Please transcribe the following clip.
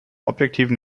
objektiven